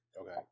Okay